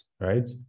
right